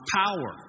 power